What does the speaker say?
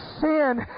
sin